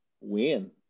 Win